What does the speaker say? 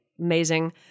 Amazing